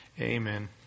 Amen